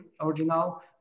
original